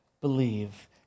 believe